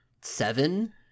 seven